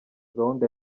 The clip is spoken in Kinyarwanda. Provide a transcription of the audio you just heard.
gahunda